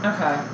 Okay